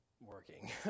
working